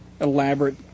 elaborate